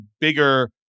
bigger